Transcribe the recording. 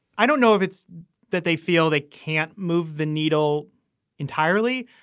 i don't know if it's that they feel they can't move the needle entirely.